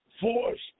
forced